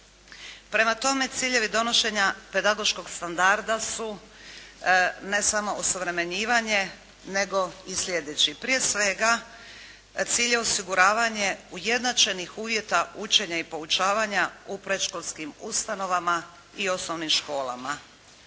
Prema tome, ciljevi donošenja pedagoškog standarda su ne samo osuvremenjivanje nego i sljedeći. Prije svega, cilj je osiguravanje ujednačenih uvjeta učenja i poučavanja u predškolskim ustanovama i osnovnim školama.